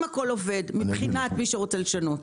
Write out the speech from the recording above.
אם הכול עובד מבחינת מי שרוצה לשנות.